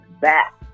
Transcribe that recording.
back